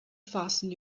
fasten